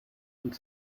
und